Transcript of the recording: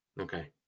okay